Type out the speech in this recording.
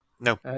No